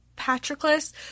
patroclus